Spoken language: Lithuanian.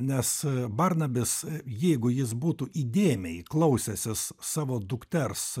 nes barnabis jeigu jis būtų įdėmiai klausęsis savo dukters